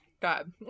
God